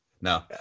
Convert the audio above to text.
No